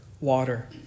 water